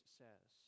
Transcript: says